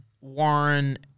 Warren